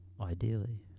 Ideally